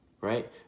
right